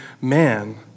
man